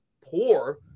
poor